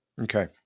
okay